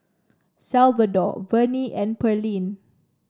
Salvador Vernie and Pearlene